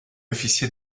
officier